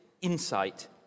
insight